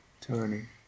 turning